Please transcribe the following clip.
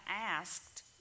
asked